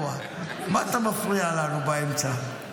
מה אתה מפריע לנו באמצע.